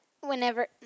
whenever